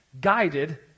guided